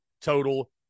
total